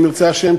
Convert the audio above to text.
אם ירצה השם,